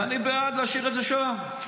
ואני בעד להשאיר את זה שם.